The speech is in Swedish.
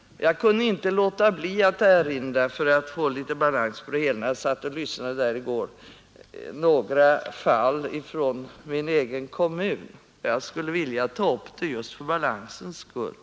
När jag i går satt och lyssnade på statsrådet Lidbom kunde jag inte låta bli att erinra mig några fall från min egen kommun. Jag skulle vilja ta upp dem för balansens skull.